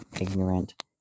ignorant